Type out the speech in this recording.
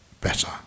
better